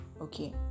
Okay